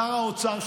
שר האוצר,